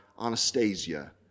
Anastasia